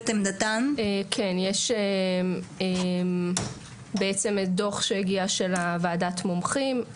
כן, יש דוח שהגיע, של ועדת המומחים.